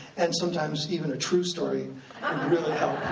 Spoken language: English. and sometimes even a true story um would really help.